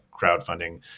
crowdfunding